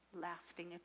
lasting